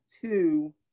two